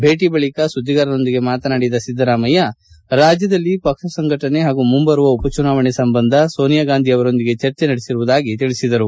ಭೇಟಿ ಬಳಿಕ ಸುದ್ದಿಗಾರರೊಂದಿಗೆ ಮಾತನಾಡಿದ ಸಿದ್ದರಾಮಯ್ಕ ರಾಜ್ಯದಲ್ಲಿ ಪಕ್ಷ ಸಂಘಟನೆ ಹಾಗೂ ಮುಂಬರುವ ಉಪ ಚುನಾವಣೆ ಸಂಬಂಧ ಸೋನಿಯಾ ಗಾಂಧಿ ಅವರೊಂದಿಗೆ ಚರ್ಚೆ ನಡೆಸಿರುವುದಾಗಿ ತಿಳಿಸಿದರು